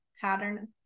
pattern